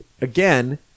again